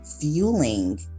fueling